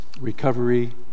Recovery